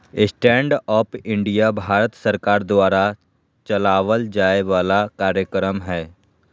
stand up India भारत सरकार द्वारा चलावल जाय वाला कार्यक्रम हय